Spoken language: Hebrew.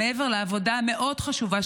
מעבר לעבודה המאוד-חשובה,